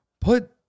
Put